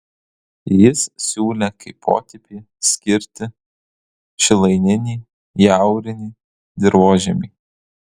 jis siūlė kaip potipį skirti šilaininį jaurinį dirvožemį